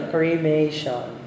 Cremation